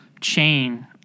chain